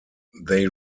they